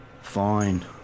Fine